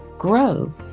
grow